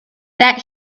that